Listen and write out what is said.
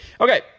Okay